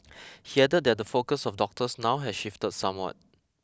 he added that the focus of doctors now has shifted somewhat